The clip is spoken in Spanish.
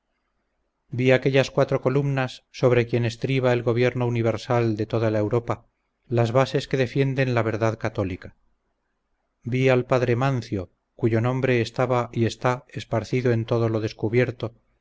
vi aquellas cuatro columnas sobre quien estriba el gobierno universal de toda la europa las bases que defienden la verdad católica vi al padre mancio cuyo nombre estaba y está esparcido en todo lo descubierto